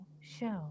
Show